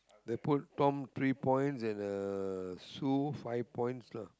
they put Tom three points and uh Sue five points lah